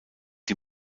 die